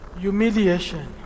humiliation